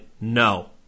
No